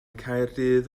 caerdydd